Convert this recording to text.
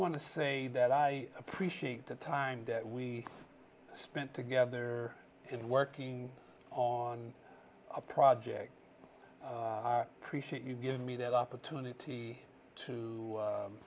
want to say that i appreciate the time that we spent together in working on a project krishi you give me that opportunity to